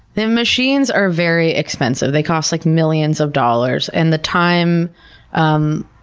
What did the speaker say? the machines are very expensive. they cost, like, millions of dollars, and the time um